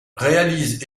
réalise